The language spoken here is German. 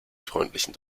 freundlichen